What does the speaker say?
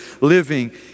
living